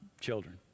children